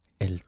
El